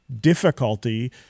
difficulty